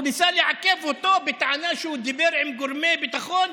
הוא ניסה לעכב אותו בטענה שהוא דיבר עם גורמי ביטחון,